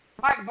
Mike